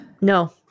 No